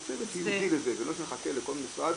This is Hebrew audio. שהצוות יוביל את זה ולא שיחכה לכל משרד